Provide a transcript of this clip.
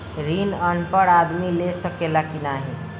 ऋण अनपढ़ आदमी ले सके ला की नाहीं?